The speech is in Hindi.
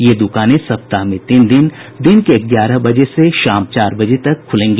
ये दुकानें सप्ताह में तीन दिन दिन के ग्यारह बजे से शाम चार बजे तक खुलेंगी